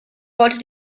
wollte